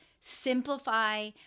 simplify